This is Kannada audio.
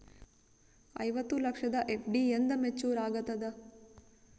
ಐವತ್ತು ಲಕ್ಷದ ಎಫ್.ಡಿ ಎಂದ ಮೇಚುರ್ ಆಗತದ?